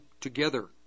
together